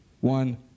one